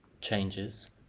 changes